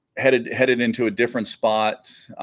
headed headed into a different spot